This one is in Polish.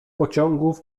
pociągów